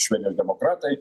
švedijos demokratai